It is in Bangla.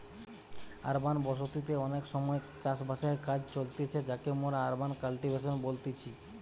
আরবান বসতি তে অনেক সময় চাষ বাসের কাজ চলতিছে যাকে মোরা আরবান কাল্টিভেশন বলতেছি